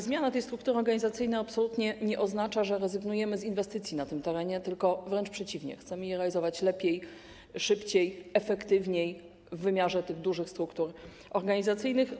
Zmiana tej struktury organizacyjnej absolutnie nie oznacza, że rezygnujemy z inwestycji na tym terenie, tylko wręcz przeciwnie, chcemy je realizować lepiej, szybciej, efektywniej w wymiarze tych dużych struktur organizacyjnych.